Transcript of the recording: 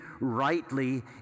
rightly